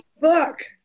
Book